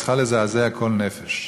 שצריכה לזעזע כל נפש.